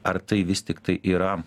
ar tai vis tiktai yra